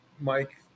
Mike